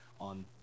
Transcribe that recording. on